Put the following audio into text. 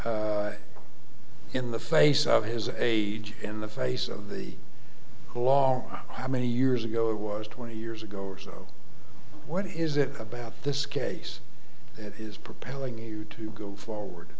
under in the face of his age in the face of a long how many years ago it was twenty years ago or so what is it about this case is propelling to go forward